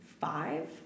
five